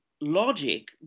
logic